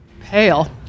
Pale